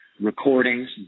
recordings